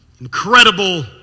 incredible